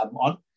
on